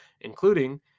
including